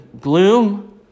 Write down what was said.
gloom